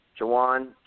Jawan